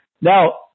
Now